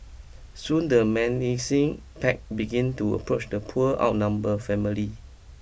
soon the menacing pack began to approach the poor outnumber family